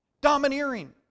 Domineering